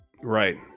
Right